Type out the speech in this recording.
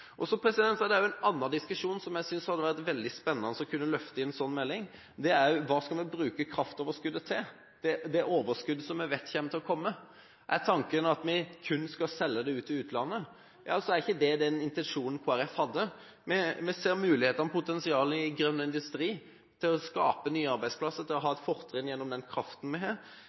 kraft. Så er det også en annen diskusjon som jeg synes det hadde vært veldig spennende å kunne løfte i en sånn melding. Det er: Hva skal vi bruke kraftoverskuddet til, det overskuddet som vi vet kommer til å komme? Er tanken at vi kun skal selge det til utlandet, er ikke det den intensjonen Kristelig Folkeparti hadde. Vi ser muligheter og potensial til å skape nye arbeidsplasser i grønn industri ved det fortrinn vi har